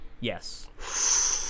yes